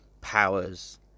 powers